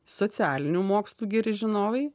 socialinių mokslų geri žinovai